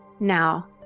now